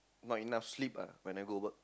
not enough sleep ah when I go work